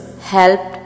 helped